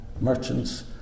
merchants